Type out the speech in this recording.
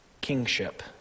kingship